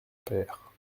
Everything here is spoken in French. père